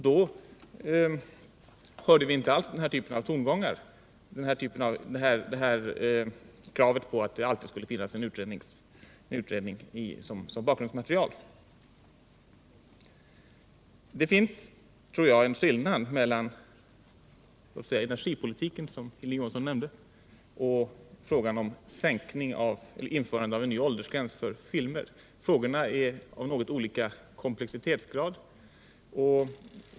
Då hörde vi inte alls dessa tongångar om att det alltid skulle finnas en utredning som bakgrundsmaterial. Jag tror det finns en skillnad mellan energipolitiken, som Hilding Johansson nämnde, och frågan om införande av en ny åldersgräns för filmer —- frågorna är av något olika komplexitetsgrad.